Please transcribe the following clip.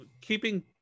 keeping